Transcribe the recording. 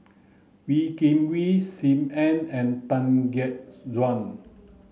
Wee Kim Wee Sim Ann and Tan Gek Suan